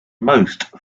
most